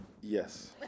Yes